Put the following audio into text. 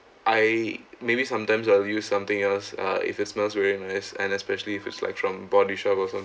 I maybe sometimes I'll use something else uh if it's smells very nice and especially if it's like from body shop or some